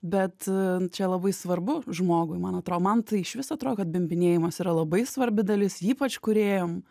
bet čia labai svarbu žmogui man atro man tai iš vis atro kad bimbinėjimas yra labai svarbi dalis ypač kūrėjam